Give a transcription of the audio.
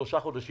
שלושה חודשים,